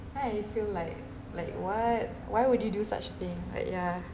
I feel like like what why would you do such thing like ya